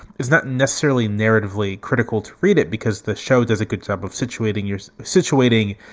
is not necessarily narratively critical. treat it because the show does a good job of situating your situating.